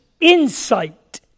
insight